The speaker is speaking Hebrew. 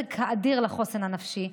נזק אדיר לחוסן הנפשי,